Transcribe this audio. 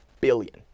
billion